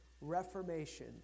reformation